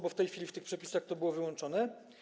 Bo w tej chwili w tych przepisach to było wyłączone.